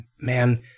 man